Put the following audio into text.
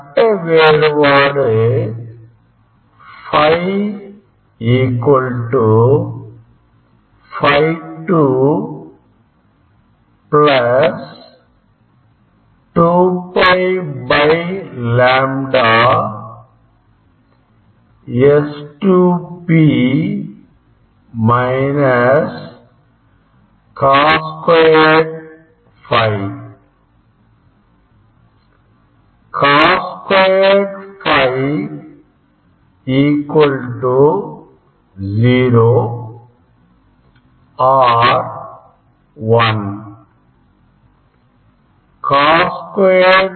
கட்ட வேறுபாடு Φ Φ2 2 Π λ S2P Cos 2 Φ Cos 2 Φ 0 or 1